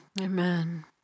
Amen